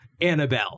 Annabelle